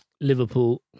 Liverpool